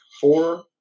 four